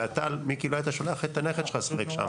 ואתה מיקי לא היית שולח את הנכד שלך לשחק שם,